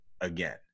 again